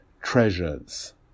treasures